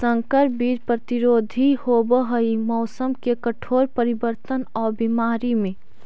संकर बीज प्रतिरोधी होव हई मौसम के कठोर परिवर्तन और बीमारी में